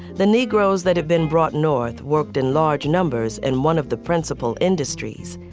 the negroes that have been brought north worked in large numbers and one of the principal industries,